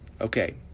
Okay